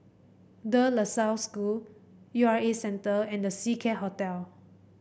De La Salle School U R A Centre and The Seacare Hotel